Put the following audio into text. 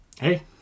Hey